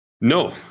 No